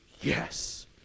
Yes